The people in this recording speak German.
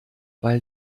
weil